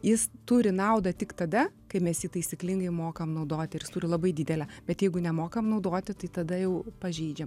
jis turi naudą tik tada kai mes jį taisyklingai mokam naudoti ir jis turi labai didelę bet jeigu nemokam naudoti tai tada jau pažeidžia